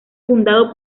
fundado